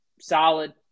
solid